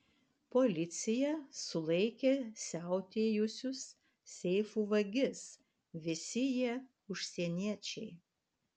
policija sulaikė siautėjusius seifų vagis visi jie užsieniečiai